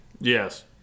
Yes